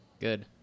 Good